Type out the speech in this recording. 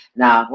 now